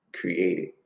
created